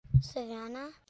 Savannah